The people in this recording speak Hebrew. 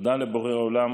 תודה לבורא עולם